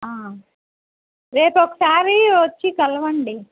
రేపు ఒకసారి వచ్చి కలవండి